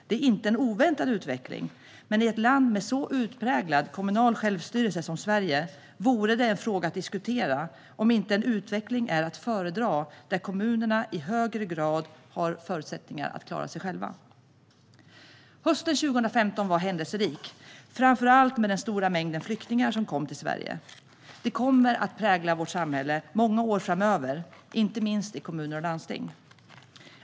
Det är inte en oväntad utveckling, men i ett land med så utpräglad kommunal självstyrelse som Sverige vore det en fråga att diskutera om inte en utveckling är att föredra där kommunerna i högre grad har förutsättningar att klara sig själva. Hösten 2015 var händelserik, framför allt med den stora mängd flyktingar som kom till Sverige. Det kommer att prägla vårt samhälle under många år framöver, inte minst i kommuner och landsting.